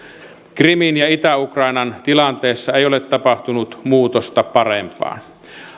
krimin ja itä ukrainan tilanteessa ei ole tapahtunut muutosta parempaan